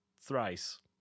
Thrice